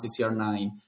CCR9